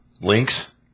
Links